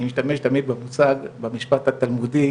אני משתמש תמיד במצג במשפט התלמודי,